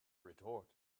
retort